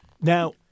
Now